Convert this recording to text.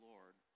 Lord